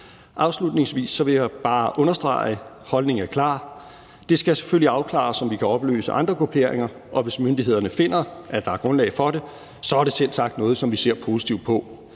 Afslutningsvis vil jeg bare understrege, at holdningen er klar. Det skal selvfølgelig afklares, om vi kan opløse andre grupperinger, og hvis myndighederne finder, at der er grundlag for det, er det selvsagt noget, vi ser positivt på.